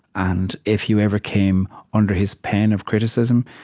and if you ever came under his pen of criticism,